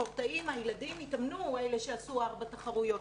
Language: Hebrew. שהספורטאים הילדים התאמנו, אלה שעשו ארבע תחרויות.